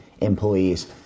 employees